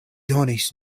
donis